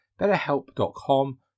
betterhelp.com